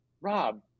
Rob